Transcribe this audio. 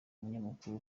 umunyamakuru